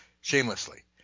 shamelessly